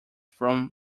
from